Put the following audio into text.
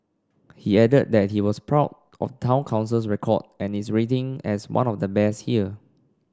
he added that he was proud of Town Council's record and its rating as one of the best here